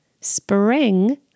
Spring